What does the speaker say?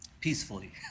peacefully